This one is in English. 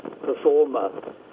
performer